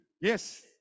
yes